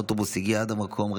ואוטובוס הגיע עד המקום.